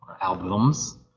albums